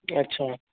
अच्छा